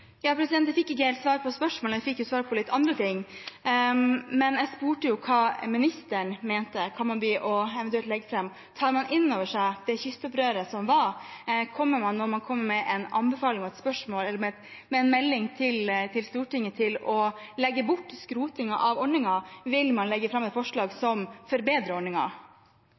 Jeg fikk ikke helt svar på spørsmålet, men fikk jo svar på litt andre ting. Men jeg spurte hva ministeren mente, hva man kommer til å eventuelt legge fram. Tar man inn over seg det kystopprøret som var? Kommer man, når man kommer med en melding til Stortinget, til å legge bort skrotingen av ordningen? Vil man legge fram et forslag som forbedrer